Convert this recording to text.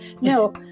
No